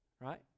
right